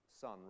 sun